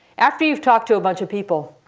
after you've talked to a bunch of people,